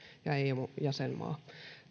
eu jäsenmaa